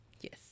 Yes